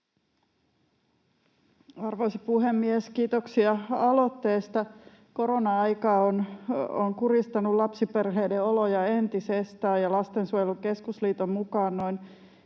Arvoisa puhemies! Kiitoksia aloitteesta. Korona-aika on kuristanut lapsiperheiden oloja entisestään, ja Lastensuojelun Keskusliiton mukaan noin